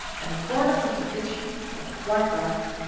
and the corners of the kitchen were quite dark.